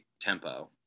tempo